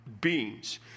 beings